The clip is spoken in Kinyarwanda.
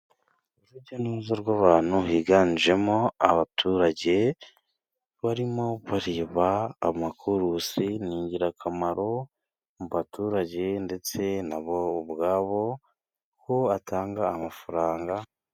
Urujya n'uruza rw'abantu higanjemo abaturage barimo kureba amakuruse. Ni ingirakamaro mu baturage ndetse na bo ubwabo, kuko atanga amafaranga.